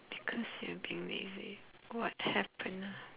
because you have been lazy what happen ah